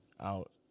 out